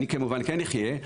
אני כמובן כן אחיה,